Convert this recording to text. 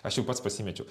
aš jau pats pasimečiau